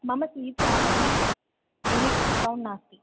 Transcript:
मम स्वीट्स् आपणे any discount नास्ति